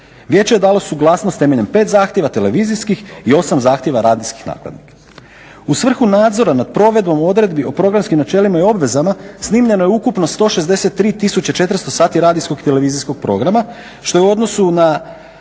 Vijeće je dalo suglasnost temeljem pet zahtjeva televizijskih i osam zahtjeva radijskih nakladnika. U svrhu nadzora nad provedbom odredbi o programskim načelima i obvezama snimljeno je ukupno 163 400 sati radijskog i televizijskog programa što je u odnosu na